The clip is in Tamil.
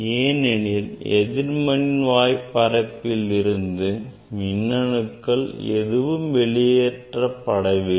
ஏனெனில் எதிர்மின்வாய் பரப்பில் இருந்து மின்னணுக்கள் எதுவும் வெளியேற்றப்படவில்லை